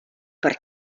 per